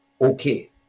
Okay